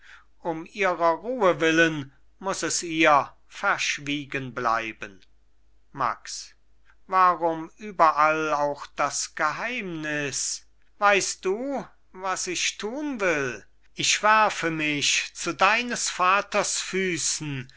um ihrer ruhe willen muß es ihr verschwiegen bleiben max warum überall auch das geheimnis weißt du was ich tun will ich werfe mich zu deines vaters füßen